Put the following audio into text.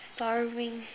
sorry